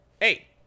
Hey